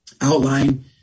outline